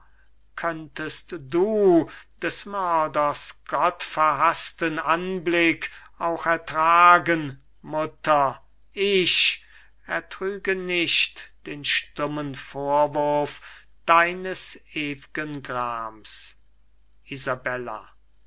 könntest du des mörders gottverhaßtes antlitz auch ertragen mutter ich ertrüge nicht den stummen vorwurf deines ew'gen grams